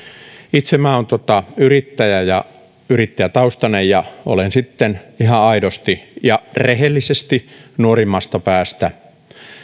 itse minä olen yrittäjä ja yrittäjätaustainen ja olen ihan aidosti ja rehellisesti nuorimmasta päästä